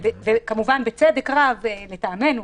כמובן בצדק רב לדעתנו,